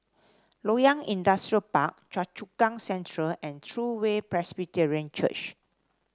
Loyang Industrial Park Choa Chu Kang Central and True Way Presbyterian Church